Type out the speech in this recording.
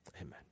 Amen